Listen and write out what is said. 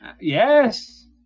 Yes